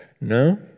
No